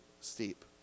steep